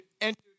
enter